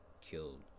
killed